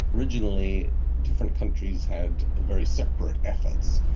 originally different countries had very separate efforts,